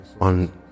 on